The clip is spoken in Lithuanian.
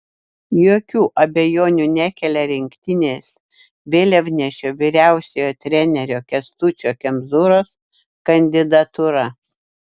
jokių abejonių nekelia rinktinės vėliavnešio vyriausiojo trenerio kęstučio kemzūros kandidatūra